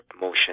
motion